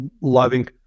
loving